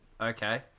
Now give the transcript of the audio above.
okay